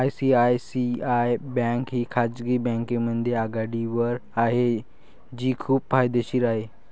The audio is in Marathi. आय.सी.आय.सी.आय बँक ही खाजगी बँकांमध्ये आघाडीवर आहे जी खूप फायदेशीर आहे